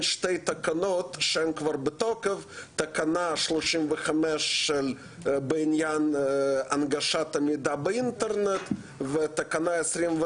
מדובר פה בחברי כנסת שביקשו את הדיון הזה באופן דחוף וקיימנו אותו